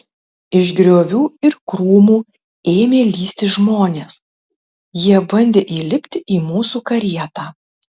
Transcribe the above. iš griovių ir krūmų ėmė lįsti žmonės jie bandė įlipti į mūsų karietą